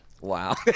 Wow